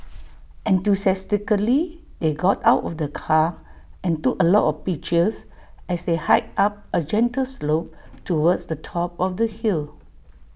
enthusiastically they got out of the car and took A lot of pictures as they hiked up A gentle slope towards the top of the hill